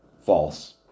false